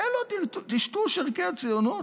זה לא טשטוש ערכי הציונות?